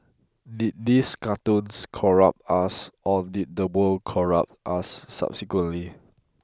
did these cartoons corrupt us or did the world corrupt us subsequently